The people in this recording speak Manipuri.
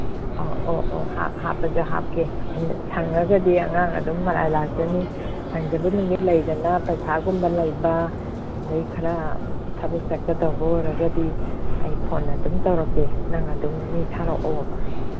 ꯑꯧ ꯑꯣ ꯑꯣ ꯍꯥꯞꯄꯁꯨ ꯍꯥꯞꯀꯦ ꯑꯩꯅ ꯁꯪꯉꯒꯗꯤ ꯑꯉꯥꯡ ꯑꯗꯨꯝ ꯃꯔꯥꯏ ꯂꯥꯛꯆꯅꯤ ꯁꯪꯗꯕ ꯅꯨꯃꯤꯠ ꯂꯩꯗꯅ ꯄꯩꯈꯥꯒꯨꯝꯕ ꯂꯩꯕ ꯑꯗꯩ ꯈꯔ ꯊꯕꯛ ꯆꯠꯀꯗꯧꯕ ꯑꯣꯏꯔꯒꯗꯤ ꯑꯩ ꯐꯣꯟ ꯑꯗꯨꯝ ꯇꯧꯔꯛꯀꯦ ꯅꯪ ꯑꯗꯨꯝ ꯃꯤ ꯊꯥꯔꯛꯑꯣꯕ